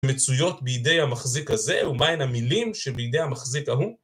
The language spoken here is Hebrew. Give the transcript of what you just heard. מצויות בידי המחזיק הזה ומהן המילים שבידי המחזיק ההוא